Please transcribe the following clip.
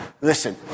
Listen